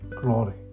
glory